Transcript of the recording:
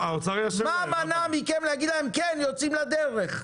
מה מנע מכם להגיד להם, כן, יוצאים לדרך?